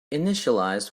initialized